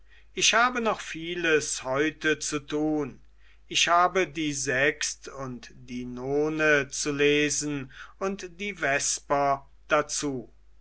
ich habe noch vieles heute zu tun ich habe die sext und die none zu lesen und die vesper dazu